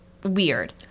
weird